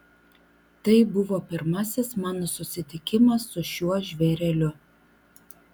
tai buvo pirmasis mano susitikimas su šiuo žvėreliu